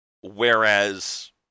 Whereas